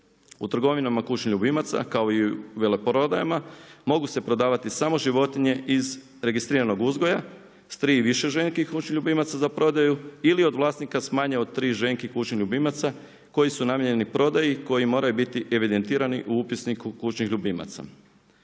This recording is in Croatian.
U trgovinama kućnih ljubimaca kao i u veleprodajama mogu se prodavati samo životinje iz registriranog uzgoja s tri i više ženki kućnih ljubimaca za prodaju ili od vlasnika s manje od tri ženki kućnih ljubimaca koji su namijenjeni prodaji koji moraju biti evidentirani u upisniku kućnih ljubimaca.